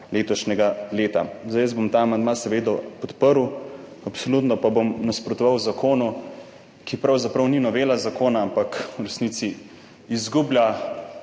letošnjega leta. Jaz bom ta amandma seveda podprl. Absolutno pa bom nasprotoval zakonu, ki pravzaprav ni novela zakona, ampak v resnici izgublja